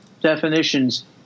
definitions